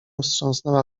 wstrząsnęła